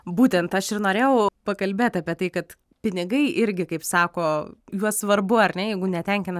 būtent aš ir norėjau pakalbėt apie tai kad pinigai irgi kaip sako juos svarbu ar ne jeigu netenkina